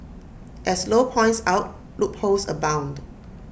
as low points out loopholes abound